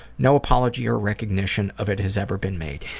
no apology or recognition of it has ever been made.